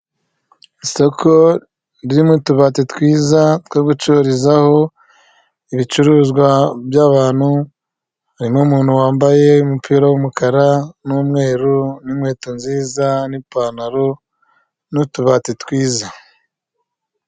Isoko ririmo utubati twiza two gucururizaho ibicuruzwa by'abantu, hari n'umuntu wambaye umupira wumukara n'umweru, nininkweto nziza n'ipantaro, n'utubati twiza.